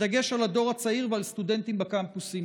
בדגש על הדור הצעיר ועל סטודנטים בקמפוסים.